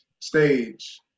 stage